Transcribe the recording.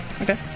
Okay